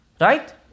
right